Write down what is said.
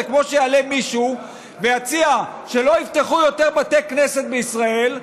זה כמו שיעלה מישהו ויציע שלא יפתחו יותר בתי כנסת בישראל,